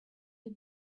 you